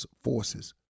forces